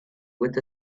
with